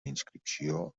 inscripció